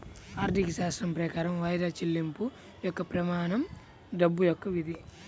ఆర్థికశాస్త్రం ప్రకారం వాయిదా చెల్లింపు యొక్క ప్రమాణం డబ్బు యొక్క విధి